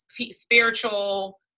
spiritual